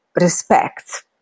respect